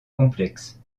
complexes